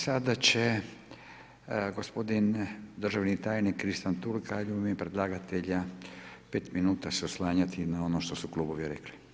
Sada će gospodin državni tajnik Kristijan Turkalj u ime predlagatelja 5 minuta se oslanjati na ono što su klubovi rekli.